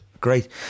great